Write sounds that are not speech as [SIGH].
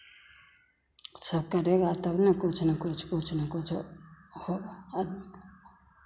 सब करेगा तब ना कुछ ना कुछ कुछ ना कुछ हो होगा [UNINTELLIGIBLE]